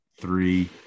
three –